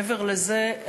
מעבר לזה,